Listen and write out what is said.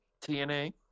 TNA